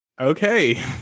Okay